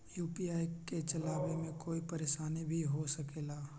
UPI के चलावे मे कोई परेशानी भी हो सकेला?